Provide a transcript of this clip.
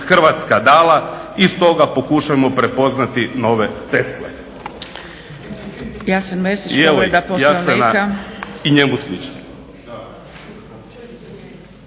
Hrvatska dala i stoga pokušajmo prepoznati nove Tesle. I evo ih, ja se nadam i njemu slične.